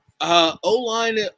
O-line